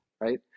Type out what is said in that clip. right